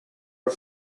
are